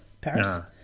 Paris